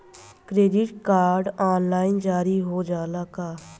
Credit card online जारी हो जाला का?